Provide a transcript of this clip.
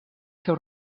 seu